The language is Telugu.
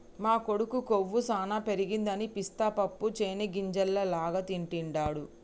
మా కొడుకు కొవ్వు సానా పెరగదని పిస్తా పప్పు చేనిగ్గింజల లాగా తింటిడు